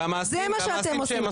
זה מה שאתם עושים.